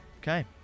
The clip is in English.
Okay